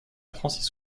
francis